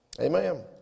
Amen